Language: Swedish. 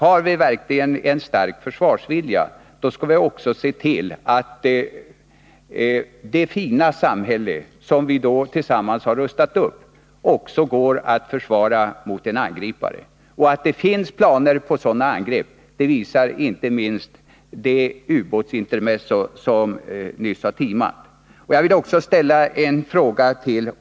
Har vi verkligen en stark försvarsvilja skall vi också se till att det fina samhälle som vi tillsammans har rustat upp också går att försvara mot angripare. Att det finns planer på sådana angrepp visar inte minst det ubåtsintermezzo som nyss har timat.